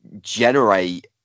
generate